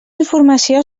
informació